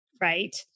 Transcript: Right